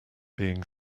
being